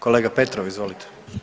Kolega Petrov, izvolite.